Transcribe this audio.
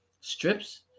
strips